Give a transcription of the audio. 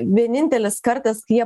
vienintelis kartas kai jie